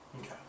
Okay